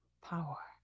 power